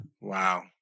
Wow